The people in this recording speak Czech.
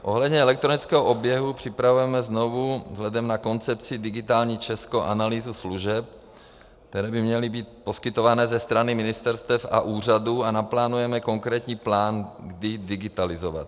Ohledně elektronického oběhu připravujeme znovu vzhledem ke koncepci Digitální Česko analýzu služeb, které by měly být poskytovány ze strany ministerstev a úřadů a naplánujeme konkrétní plán, kdy digitalizovat.